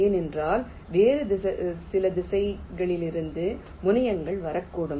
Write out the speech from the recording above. ஏனென்றால் வேறு சில திசைகளிலிருந்து முனையங்கள் வரக்கூடும்